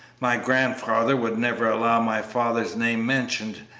my grandfather would never allow my father's name mentioned,